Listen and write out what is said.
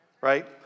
Right